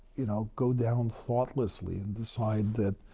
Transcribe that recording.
you know, go down thoughtlessly and decide that,